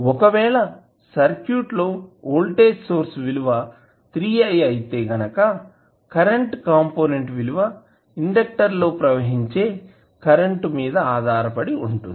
ఒకవేళ సర్క్యూట్ లో voltage source విలువ 3i అయితే కరెంటు కంపోనెంట్ విలువ ఇండెక్టర్ లో ప్రవహించే కరెంటు మీద ఆధారపడి ఉంటుంది